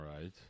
right